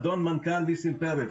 אדון ניסים פרץ,